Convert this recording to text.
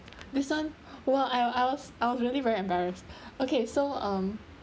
this [one] !wah! I I was I was really very embarrassed okay so um